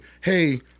hey